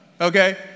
Okay